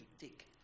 take